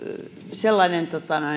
sellainen